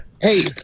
Hey